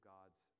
God's